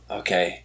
okay